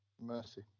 Mercy